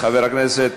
חבר הכנסת